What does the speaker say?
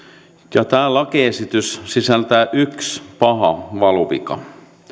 tämä lakiesitys sisältää yhden pahan valuvian